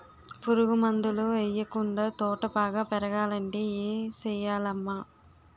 పురుగు మందులు యెయ్యకుండా తోట బాగా పెరగాలంటే ఏ సెయ్యాలమ్మా